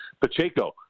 Pacheco